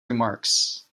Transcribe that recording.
remarks